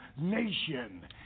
Nation